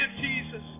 Jesus